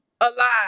alive